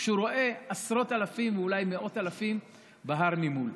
כשהוא רואה עשרות אלפים ואולי מאות אלפים בהר ממול.